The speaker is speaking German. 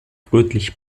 rötlich